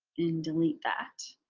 and delete that.